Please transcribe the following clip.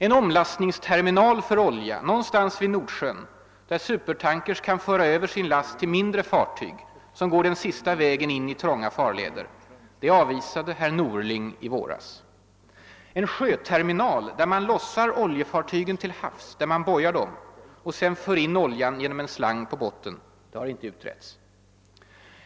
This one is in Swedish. En omlastningsterminal för olja någonstans vid Nordsjön där supertankers kan föra över sin last till mindre fartyg som går den sista vägen in i trånga farleder — det avvisade herr Norling i våras. En sjöterminal där man lossar oljefartygen till havs, där man bojar dem, och sedan för in oljan genom en slang på botten — det har inte utretts.